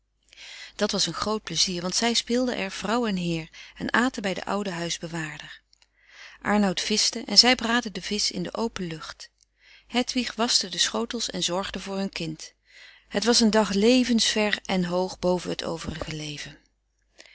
dat was een groot plezier want zij speelden er vrouw en heer en aten bij den ouden huisbewaarder aernout vischte en zij braadden de visch in de open lucht hedwig waschte de schotels en zorgde voor hun kind het was een dag levens ver en hoog boven het overige leven